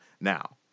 Now